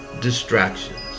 distractions